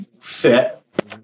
fit